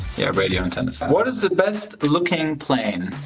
yeah, radio antennas. what is the best looking plane?